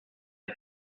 are